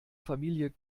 familie